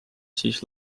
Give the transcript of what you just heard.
siis